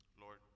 Lord